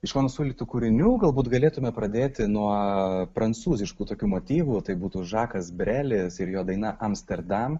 iš mano siūlytų kūrinių galbūt galėtume pradėti nuo prancūziškų tokių motyvų tai būtų žakas brelis ir jo daina amsterdam